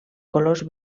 colors